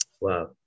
wow